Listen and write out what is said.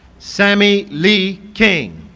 sammy lee king